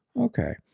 Okay